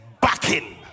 backing